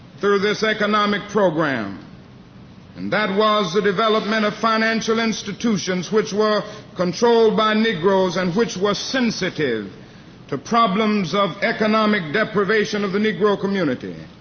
through this economic program, and that was the development of financial institutions which were controlled by negroes and which were sensitive to problems of economic deprivation of the negro community.